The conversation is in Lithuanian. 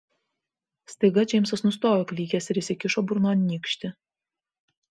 staiga džeimsas nustojo klykęs ir įsikišo burnon nykštį